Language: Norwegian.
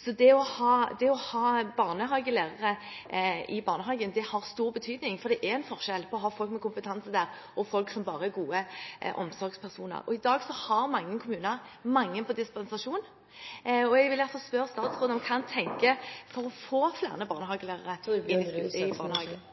så det å ha barnehagelærere i barnehagen har stor betydning, for det er en forskjell på å ha folk med kompetanse der og folk som bare er gode omsorgspersoner. I dag har mange kommuner mange på dispensasjon, så jeg vil derfor spørre statsråden hva han tenker å gjøre for å få flere barnehagelærere i barnehagen.